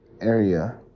area